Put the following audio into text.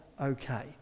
Okay